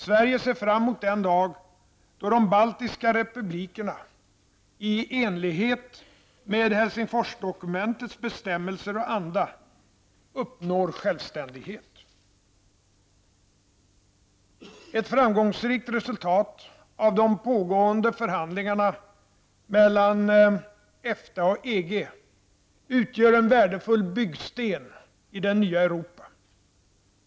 Sverige ser fram mot den dag, då de baltiska republikerna, i enlighet med Helsingforsdokumentets bestämmelser och anda, uppnår självständighet. Ett framgångsrikt resultat av de pågående förhandlingarna mellan EFTA och EG utgör en värdefull byggsten i det nya Europa.